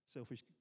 Selfish